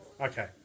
Okay